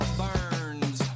burns